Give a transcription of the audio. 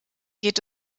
geht